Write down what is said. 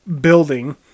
building